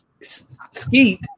skeet